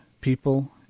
people